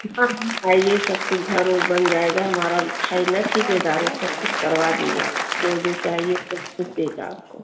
कितना दिन पहले सब कुछ घर वर बन जाएगा हमारा है ना ठेकेदारों सब कुछ करवा देगा जो जो चाहिए सब कुछ देगा आपको